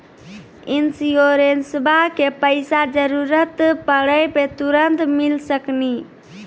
इंश्योरेंसबा के पैसा जरूरत पड़े पे तुरंत मिल सकनी?